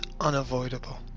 unavoidable